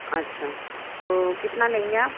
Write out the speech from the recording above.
अच्छा तो कितना लेंगे आप